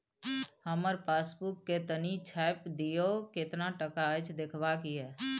हमर पासबुक के तनिक छाय्प दियो, केतना टका अछि देखबाक ये?